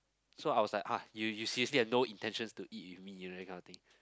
so I was like ah you seriously has no intentions to eat with me that kind of thing